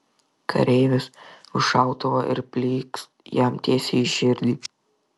kareivis už šautuvo ir plykst jam tiesiai į širdį